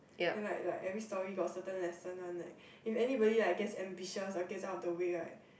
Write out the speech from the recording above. you know like like every story got certain lesson one leh if anybody like gets ambitious or get out of the way right